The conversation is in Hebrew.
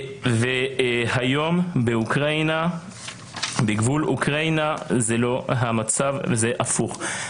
היום בגבול אוקראינה המצב הוא הפוך.